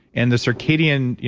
and the circadian. yeah